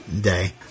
day